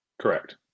Correct